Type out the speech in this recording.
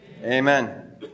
amen